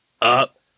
up